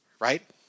right